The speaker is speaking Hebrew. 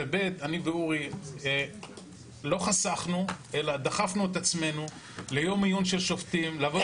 ושנית אני ואורי לא חסכנו אלא דחפנו את עצמנו ליום עיון של שופטים - לבוא